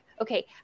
okay